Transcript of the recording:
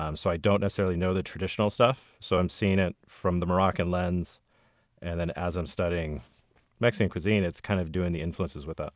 so i don't necessarily know the traditional stuff. so i'm seeing it from the moroccan lens and then as i'm studying mexican cuisine, it's kind of doing the influences with that